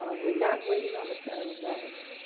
um we're not waiting on the federal government.